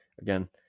again